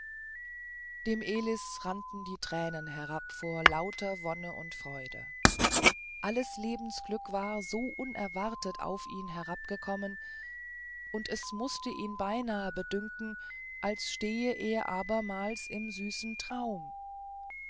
dem elis rannten die tränen herab vor lauter wonne und freude alles lebensglück war so unerwartet auf ihn herabgekommen und es mußte ihm beinahe bedünken er stehe abermals im süßen traum